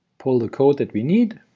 pull the code that we need,